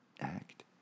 act